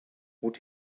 what